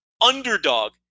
underdog